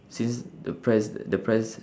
since the price the price